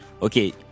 Okay